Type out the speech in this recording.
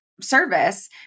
service